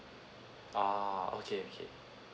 ah okay okay